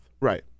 Right